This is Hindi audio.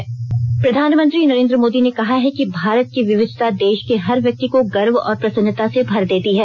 मन की बात प्रधानमंत्री नरेन्द्र मोदी ने कहा है कि भारत की विविधता देश के हर व्यक्ति को गर्व और प्रसन्नता से भर देती है